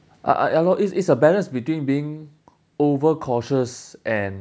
ah ah ya lor it's it's a balance between being over cautious and